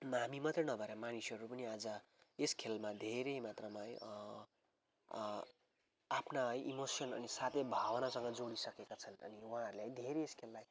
हामी मात्रै नभएर मानिसहरू पनि आज यस खेलमा धेरै मात्रमा है आफ्ना है इमोसन अनि साथै भावनासँग जोडीसकेका छन् अन्त उहाँहरूले धेरै यस खेललाई